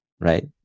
right